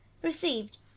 Received